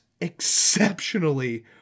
exceptionally